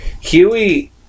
Huey